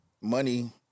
money